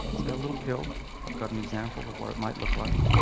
say a little pill i've got an example of what it might look like